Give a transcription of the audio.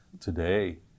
today